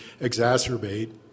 exacerbate